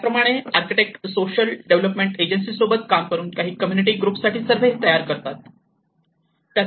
त्याच प्रमाणे architect social development agency सोबत काम करून काही कम्युनिटी ग्रुप साठी सर्वे तयार करतात